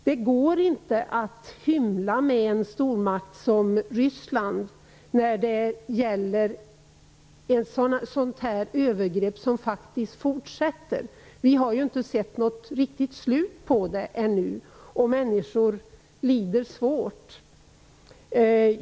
Det går inte att hymla med en stormakt som Ryssland när det gäller ett sådant här övergrepp som faktiskt fortgår. Vi har ännu inte sett något riktigt slut på det. Människor lider svårt.